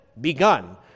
begun